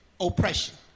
oppression